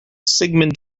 sigmund